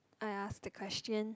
I ask the question